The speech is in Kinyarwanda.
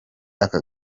aka